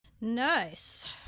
Nice